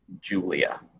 Julia